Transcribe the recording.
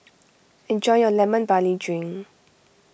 enjoy your Lemon Barley Drink